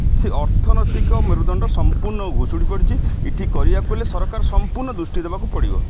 ଏଠି ଅର୍ଥନୈତିକ ମେରୁଦଣ୍ଡ ସମ୍ପୂର୍ଣ୍ଣ ଭୂଷୁଡ଼ି ପଡ଼ିଛି ଏଠି କରିବାକୁ ହେଲେ ସରକାର ସମ୍ପୂର୍ଣ୍ଣ ଦୃଷ୍ଟି ଦେବାକୁ ପଡ଼ିବ